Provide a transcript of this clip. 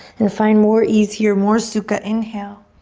and find more ease here, more sukha. inhale.